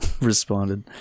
responded